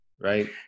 right